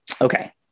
Okay